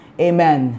amen